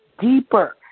deeper